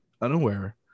unaware